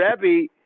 Rebbe